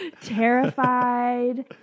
Terrified